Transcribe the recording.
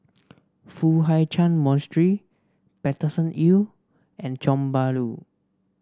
Foo Hai Ch'an Monastery Paterson Hill and Tiong Bahru